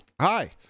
hi